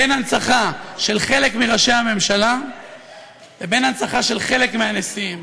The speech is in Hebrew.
בין הנצחה של חלק מראשי הממשלה לבין הנצחה של חלק מהנשיאים.